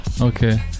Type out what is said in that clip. Okay